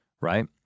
Right